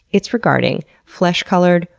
it's regarding flesh-colored,